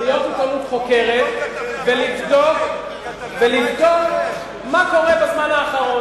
להיות עיתונות חוקרת ולבדוק מה קורה בזמן האחרון.